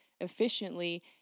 efficiently